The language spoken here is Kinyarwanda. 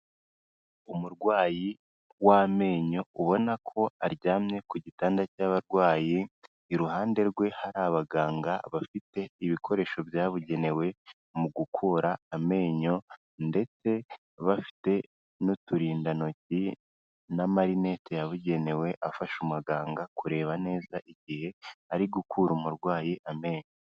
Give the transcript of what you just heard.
Umurwayi w'amenyo ubona ko aryamye ku gitanda cy'abarwayi, iruhande rwe hari abaganga bafite ibikoresho byabugenewe mu gukura amenyo ndetse bafite n'uturindantoki n'amarinete yabugenewe afasha umuganga kureba neza igihe ari gukura umurwayi amenyo.